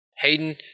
Hayden